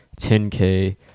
10K